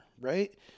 Right